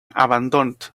abandoned